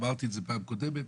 אמרתי את זה בפעם הקודמת,